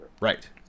Right